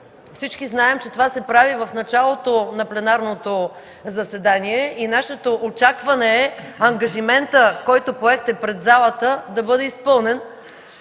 всички знаем, че това се прави в началото на пленарното заседание. Нашето очакване е ангажиментът, който поехте пред залата, да бъде изпълнен.